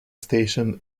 station